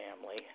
family